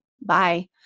bye